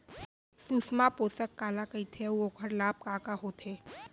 सुषमा पोसक काला कइथे अऊ ओखर लाभ का का होथे?